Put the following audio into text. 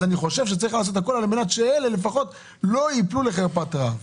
אז אני חושב שצריך לעשות הכול על מנת שאלה לפחות לא ייפלו לחרפת רעב.